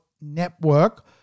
network